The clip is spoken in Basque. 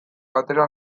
atera